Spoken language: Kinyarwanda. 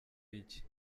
iki